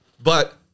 But-